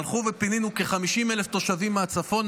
הלכנו ופינינו כ-50,000 תושבים מהצפון,